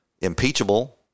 impeachable